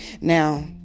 Now